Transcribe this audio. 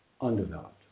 Undeveloped